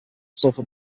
sulfur